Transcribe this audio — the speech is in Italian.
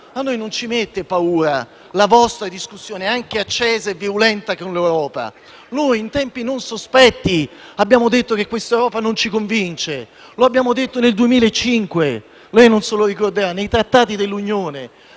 a noi non mette paura la vostra discussione, anche accesa e virulenta, con l'Europa. Noi in tempi non sospetti abbiamo detto che questa Europa non ci convince; lo abbiamo detto nel 2005 - lei non se lo ricorderà - in occasione dei Trattati dell'Unione.